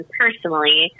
personally